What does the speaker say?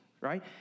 right